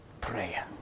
Prayer